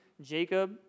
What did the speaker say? Jacob